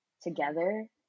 together